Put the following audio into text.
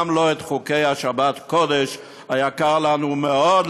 גם לא את חוקי שבת קודש היקרים לנו מאוד,